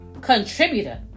Contributor